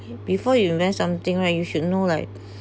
before you invest something right you should know like